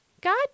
God